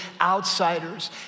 outsiders